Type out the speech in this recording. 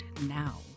now